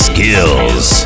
Skills